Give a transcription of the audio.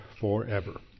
forever